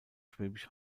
schwäbisch